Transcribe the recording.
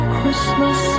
Christmas